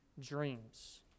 Dreams